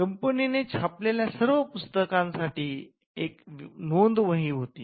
कंपनीने छापलेल्या सर्व पुस्तकांसाठी एक नोंद वही होती